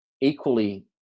equally